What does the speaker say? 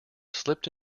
slipped